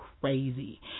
crazy